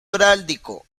heráldico